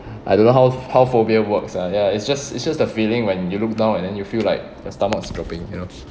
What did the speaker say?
I don't know how how phobia works ah ya it's just it's just the feeling when you look down and then you feel like your stomach is dropping you know